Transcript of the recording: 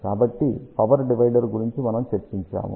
కాబట్టి power divider గురించి మనము చర్చించాము